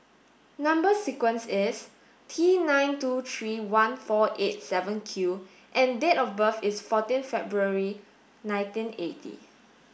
number sequence is T nine two three one four eight seven Q and date of birth is fourteen February nineteen eighty